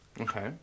Okay